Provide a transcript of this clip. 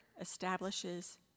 establishes